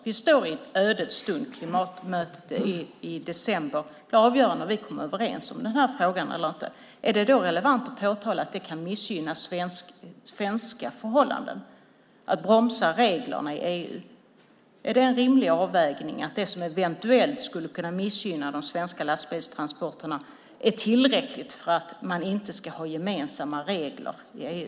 Vi står i en ödets stund. Klimatmötet är i december. Det är avgörande om vi kommer överens om den här frågan eller inte. Är det då relevant att påtala att det kan missgynna svenska förhållanden att bromsa reglerna i EU? Är det en rimlig avvägning att det som eventuellt skulle kunna missgynna de svenska lastbilstransporterna är tillräckligt för att man inte ska ha gemensamma regler i EU?